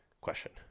question